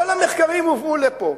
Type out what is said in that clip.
כל המחקרים הובאו לפה,